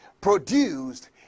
produced